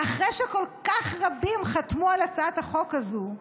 ואחרי שרבים כל כך חתמו על הצעת החוק הזו,